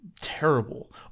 terrible